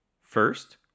First